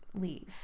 leave